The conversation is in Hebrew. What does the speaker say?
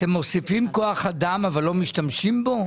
אתם מוסיפים כוח אדם אבל לא משתמשים בו?